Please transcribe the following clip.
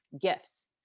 gifts